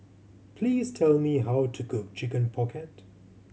please tell me how to cook Chicken Pocket